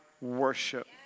worship